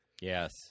Yes